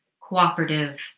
cooperative